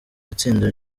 n’itsinda